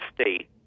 State